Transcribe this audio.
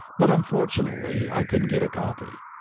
but unfortunately i couldn't get a copy.